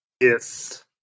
yes